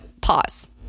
pause